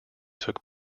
took